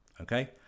Okay